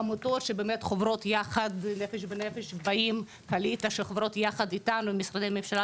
עמותות שחוברות יחד אתנו ועם משרדי הממשלה